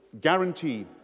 Guarantee